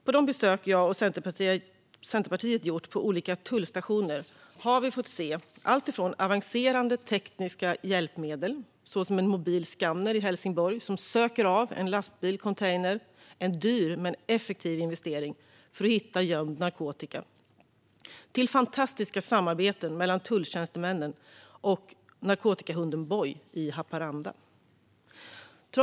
På de besök jag och Centerpartiet gjort på olika tullstationer har vi fått se alltifrån avancerade tekniska hjälpmedel såsom en mobil skanner i Helsingborg som söker av en lastbilscontainer - en dyr men effektiv investering för att hitta gömd narkotika - till fantastiska samarbeten mellan tulltjänstemännen och narkotikahunden Boy i Haparanda.